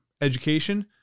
education